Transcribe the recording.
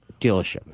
dealership